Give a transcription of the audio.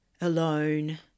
alone